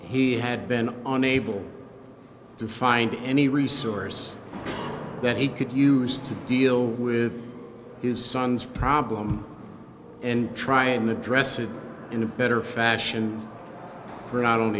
he had been unable to find any resource that he could use to deal with his son's problem and try and address it in a better fashion for not on